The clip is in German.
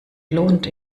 lohnt